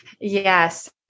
yes